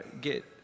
get